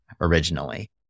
originally